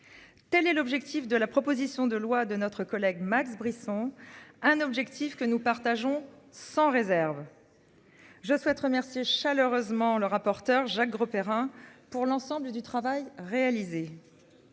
Telle est l'objectif de la proposition de loi de notre collègue Max Brisson. Un objectif que nous partageons sans réserve. Je souhaite remercier chaleureusement le rapporteur, Jacques Grosperrin pour l'ensemble du travail réalisé.